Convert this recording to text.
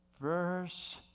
Verse